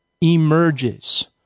emerges